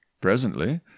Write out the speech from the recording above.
Presently